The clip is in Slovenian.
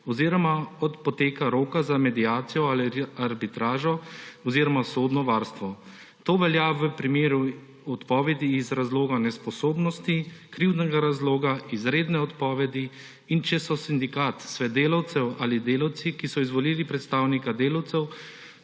oziroma od poteka roka za mediacijo ali arbitražo oziroma sodno varstvo. To velja v primeru odpovedi iz razloga nesposobnosti, krivdnega razloga, izredne odpovedi in če so sindikat, svet delavcev ali delavci, ki so izvolili predstavnika delavcev,